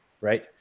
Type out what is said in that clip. right